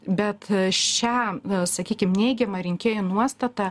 bet šią sakykim neigiamą rinkėjų nuostatą